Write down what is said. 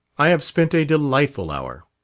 i have spent a delightful hour.